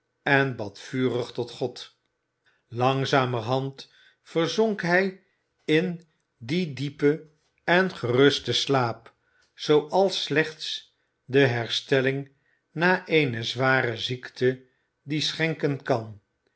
en bad vurig tot god langzamerhand verzonk hij in dien diepen en gerusten slaap zooals slechts de herstelling na eene zware ziekte dien schenken kan